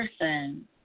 person